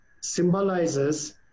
symbolizes